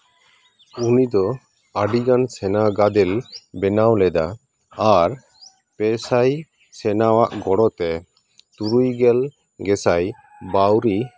ᱱᱩᱭ ᱫᱚ ᱟᱹᱰᱤᱜᱟᱱ ᱥᱮᱱᱟ ᱜᱟᱫᱮᱞ ᱵᱮᱱᱟᱣ ᱞᱮᱫᱟ ᱟᱨ ᱯᱮ ᱥᱟᱭ ᱥᱮᱱᱟᱣᱟᱜ ᱜᱚᱲᱚ ᱛᱮ ᱛᱩᱨᱩᱭ ᱜᱮᱞ ᱜᱮᱥᱟᱭ ᱵᱟᱣᱨᱤ